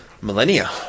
millennia